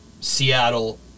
Seattle